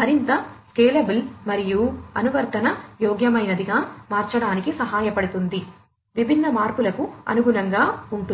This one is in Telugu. మరింత స్కేలబుల్ మరియు అనువర్తన యోగ్యమైనదిగా మార్చడానికి సహాయపడుతుంది విభిన్న మార్పులకు అనుగుణంగా ఉంటుంది